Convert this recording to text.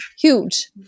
huge